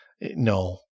No